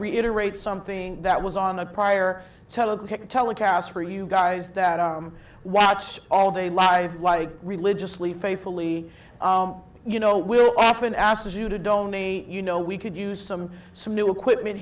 reiterate something that was on a prior telegraphic telecast for you guys that are watch all day live like religiously faithfully you know we'll often asked you to donate you know we could use some some new equipment